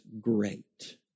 great